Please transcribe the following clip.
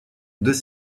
deux